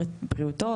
בריאותו,